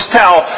tell